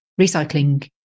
recycling